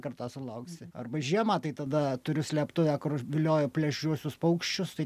kartą sulauksi arba žiemą tai tada turiu slėptuvę kur vilioju plėšriuosius paukščius tai